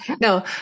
no